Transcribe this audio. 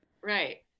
Right